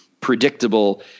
predictable